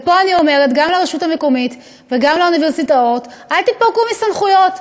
ופה אני אומרת גם לרשות המקומית וגם לאוניברסיטאות: אל תתפרקו מסמכויות.